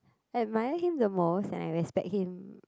I admire him the most and I respect him